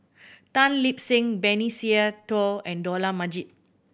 Tan Lip Seng Benny Se Teo and Dollah Majid